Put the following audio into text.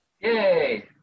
Yay